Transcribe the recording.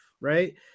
Right